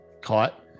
caught